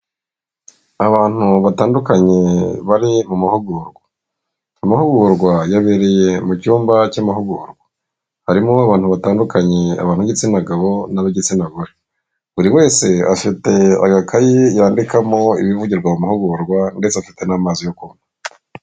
Abantu batandukanye bari mu mahugurwa, amahugurwa yabereye mu cyumba cy'amahugurwa. Harimo abantu batandukanye abantu b'igitsina gabo nab'igitsina gore, buri wese afite agakaye yandikamo ibivugirwa mu mahugurwa ndetse afite n'amazi yo kunywa.